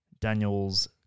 Daniel's